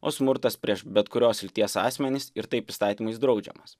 o smurtas prieš bet kurios lyties asmenis ir taip įstatymais draudžiamas